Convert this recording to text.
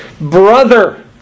brother